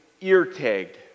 ear-tagged